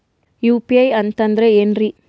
UPI ಅಂತಂದ್ರೆ ಏನ್ರೀ?